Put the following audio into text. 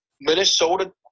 Minnesota